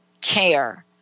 care